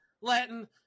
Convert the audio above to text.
Latin